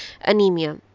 anemia